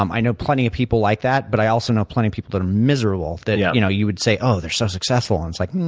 um i know plenty of people like that, but i also know plenty of people that are miserable, that, yeah you know, you would say, oh, they're so successful, and it's like,